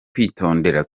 kwitondera